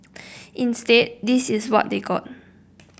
instead this is what they got